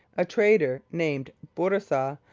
a trader named bourassa,